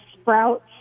sprouts